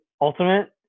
ultimate